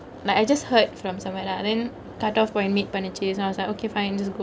like I just heard from somewhere lah then cut off point meet பன்னுச்சு:pannuchu so I was like okay fine just go